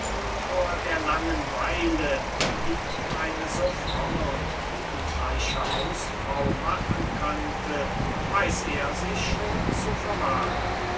vor der langen weile die ihm eine so fromme und tugendreiche hausfrau machen könnte weiß er sich schon zu verwahren